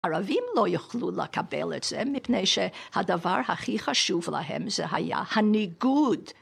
ערבים לא יוכלו לקבל את זה, מפני שהדבר הכי חשוב להם זה היה הניגוד.